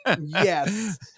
Yes